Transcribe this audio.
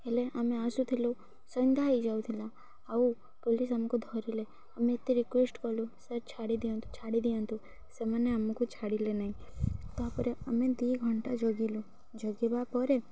ହେଲେ ଆମେ ଆସୁଥିଲୁ ସନ୍ଧ୍ୟା ହେଇଯାଉଥିଲା ଆଉ ପୋଲିସ୍ ଆମକୁ ଧରିଲେ ଆମେ ଏତେ ରିକ୍ୟୁଏଷ୍ଟ୍ କଲୁ ସାର୍ ଛାଡ଼ି ଦିଅନ୍ତୁ ଛାଡ଼ି ଦିଅନ୍ତୁ ସେମାନେ ଆମକୁ ଛାଡ଼ିଲେ ନାହିଁ ତା'ପରେ ଆମେ ଦୁଇ ଘଣ୍ଟା ଜଗିଲୁ ଜଗିବା ପରେ